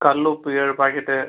கல் உப்பு ஏழு பாக்கெட்டு